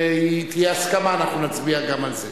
עמיחי אילון ורונית תירוש.